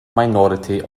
minority